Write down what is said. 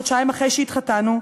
חודשיים אחרי שהתחתנו,